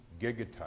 gigatons